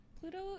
Pluto